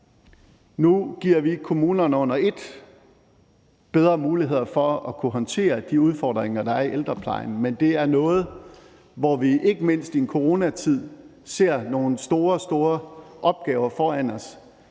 Nu giver vi kommunerne under et bedre muligheder for at kunne håndtere de udfordringer, der er i ældreplejen, men det er noget, hvor vi ikke mindst i en coronatid ser nogle store, store opgaver foran os,